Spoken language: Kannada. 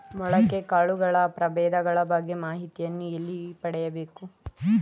ಮೊಳಕೆ ಕಾಳುಗಳ ಪ್ರಭೇದಗಳ ಬಗ್ಗೆ ಮಾಹಿತಿಯನ್ನು ಎಲ್ಲಿ ಪಡೆಯಬೇಕು?